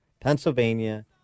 Pennsylvania